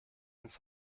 ins